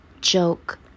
joke